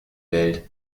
welt